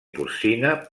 porcina